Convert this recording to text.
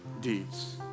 deeds